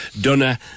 Donna